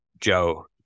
Joe